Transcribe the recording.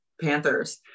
Panthers